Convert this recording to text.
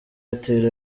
airtel